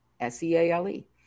S-E-A-L-E